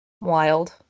Wild